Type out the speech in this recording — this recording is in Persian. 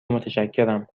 متشکرم